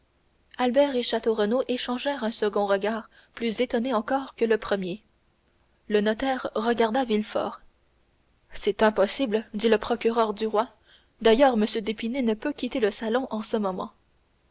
albert et château renaud échangèrent un second regard plus étonné encore que le premier le notaire regarda villefort c'est impossible dit le procureur du roi d'ailleurs m d'épinay ne peut quitter le salon en ce moment